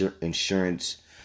insurance